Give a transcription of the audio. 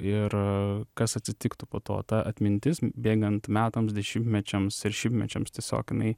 ir kas atsitiktų po to ta atmintis bėgant metams dešimtmečiams ir šimtmečiams tiesiog jinai